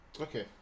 Okay